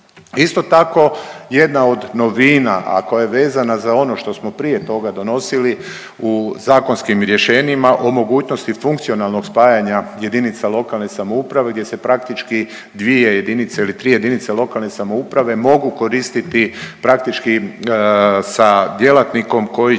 Isto tako, jedna od novina, a koja je vezana za ono što smo prije toga donosili u zakonskim rješenjima o mogućnosti funkcionalnog spajanja jedinica lokalne samouprave gdje se praktički dvije jedinice ili tri jedinice lokalne samouprave mogu koristiti praktički sa djelatnikom koji će